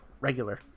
regular